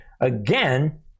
Again